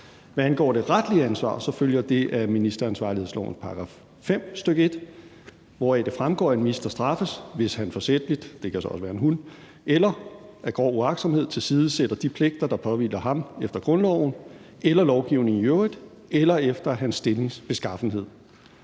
Hvad angår det retlige ansvar, følger det af ministeransvarlighedslovens § 5, stk. 1, hvoraf det fremgår, at en minister straffes, hvis han – det kan så også være en hun – forsætligt eller af grov uagtsomhed tilsidesætter de pligter, der påhviler ham efter grundloven eller lovgivningen i øvrigt eller efter hans stillings beskaffenhed.